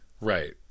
right